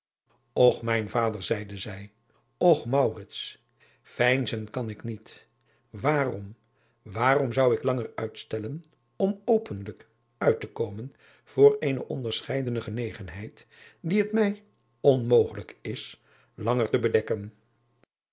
ch mijn vader zeide zij och veinzen kan ik niet waarom waarom zou ik langer uitstellen om openlijk uit te komen voor eene onderscheidende genegenheid die het mij onmogelijk is langer te bedekken